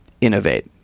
innovate